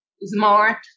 smart